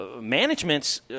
management's